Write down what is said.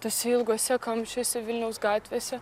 tuose ilguose kamščiuose vilniaus gatvėse